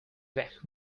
vacuum